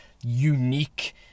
unique